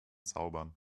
zaubern